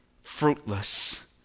fruitless